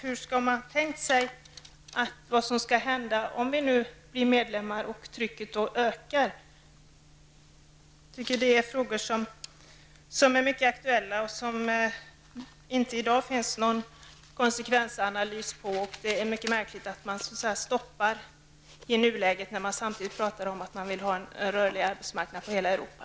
Hur har man tänkt sig att det skall bli om vi blir medlemmar och trycket ökar? Det är frågor som är mycket aktuella och som det i dag inte finns någon konsekvensanalys på. Det är mycket märkligt att man stoppar arbetskraft samtidigt som man pratar om att man vill ha en rörlig arbetsmarknad i hela Europa.